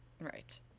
right